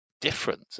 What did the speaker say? different